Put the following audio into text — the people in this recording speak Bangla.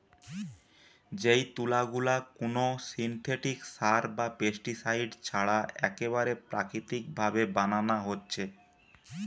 যেই তুলা গুলা কুনো সিনথেটিক সার বা পেস্টিসাইড ছাড়া একেবারে প্রাকৃতিক ভাবে বানানা হচ্ছে